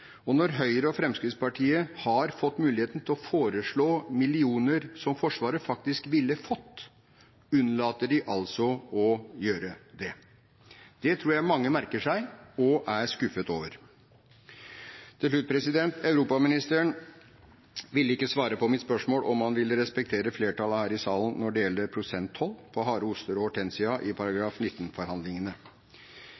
og når Høyre og Fremskrittspartiet har fått muligheten til å foreslå millioner som Forsvaret faktisk ville fått, unnlater de altså å gjøre det. Det tror jeg mange merker seg og er skuffet over. Til slutt: Europaministeren ville ikke svare på mitt spørsmål om han ville respektere flertallet her i salen når det gjelder prosenttoll på harde oster og hortensia, i